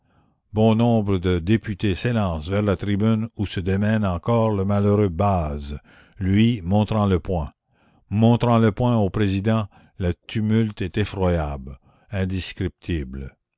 bon nombre de députés s'élancent vers la tribune où se démène encore le malheureux baze lui montrant le poing montrant le poing au président le tumulte est effroyable indescriptible